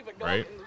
right